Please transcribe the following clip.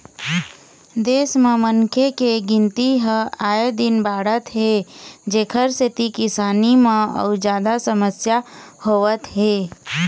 देश म मनखे के गिनती ह आए दिन बाढ़त हे जेखर सेती किसानी म अउ जादा समस्या होवत हे